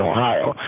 Ohio